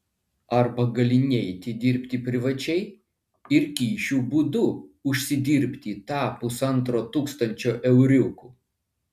arba gali neiti dirbti privačiai ir kyšių būdu užsidirbti tą pusantro tūkstančio euriukų